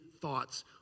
thoughts